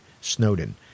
Snowden